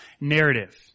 narrative